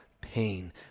pain